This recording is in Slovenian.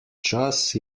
čas